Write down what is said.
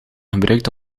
gebruikt